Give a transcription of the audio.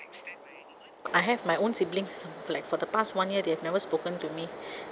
I have my own siblings like for the past one year they've never spoken to me